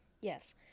Yes